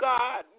God